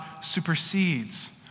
supersedes